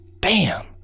bam